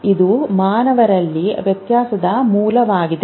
ಇದು ಮಾನವರಲ್ಲಿ ವ್ಯತ್ಯಾಸದ ಮೂಲವಾಗಿದೆ